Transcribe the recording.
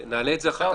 נעלה את זה אחר כך,